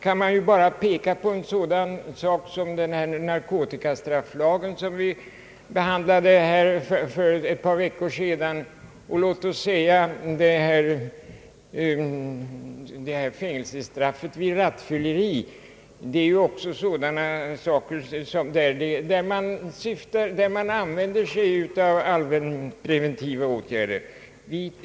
Man kan då peka på en sådan sak som narkotikastrafflagen, som vi behandlade för ett par veckor sedan. Man kan också nämna fängelsestraffet vid rattfylleri. Det är sådana ärenden där man använder sig av allmänpreventiva åtgärder.